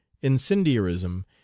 incendiarism